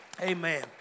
Amen